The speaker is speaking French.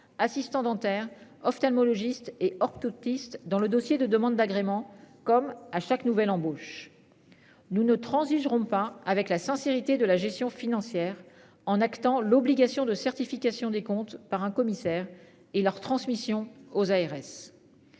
Assistant dentaire ophtalmologistes et orthoptistes dans le dossier de demande d'agrément. Comme à chaque nouvelle embauche. Nous ne transigerons pas avec la sincérité de la gestion financière en actant l'obligation de certification des comptes par un commissaire et leur transmission aux ARS.